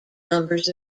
numbers